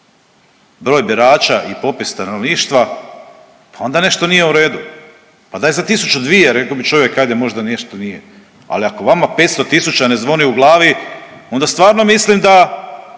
broj birača i popis stanovništva, onda nešto nije u redu. Pa da je 1000, 2, rekao bi čovjek, ajde, možda nešto nije, ali ako vama 500 tisuća ne zvoni u glavi, onda stvarno mislim da